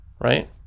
right